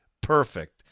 perfect